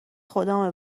خدامه